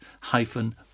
hyphen